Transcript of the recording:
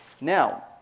Now